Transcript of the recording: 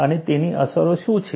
અને તેની અસર શું છે